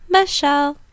Michelle